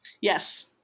Yes